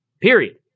period